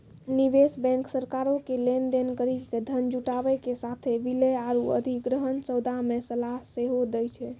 निवेश बैंक सरकारो के लेन देन करि के धन जुटाबै के साथे विलय आरु अधिग्रहण सौदा मे सलाह सेहो दै छै